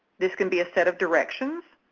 this can be a set of directions.